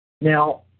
Now